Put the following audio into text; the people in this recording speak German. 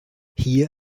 hier